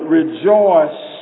rejoice